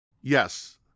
Yes